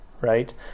right